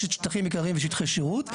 יש שטחים עיקריים ושטחי שירות,